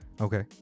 Okay